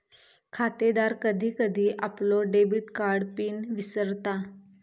खातेदार कधी कधी आपलो डेबिट कार्ड पिन विसरता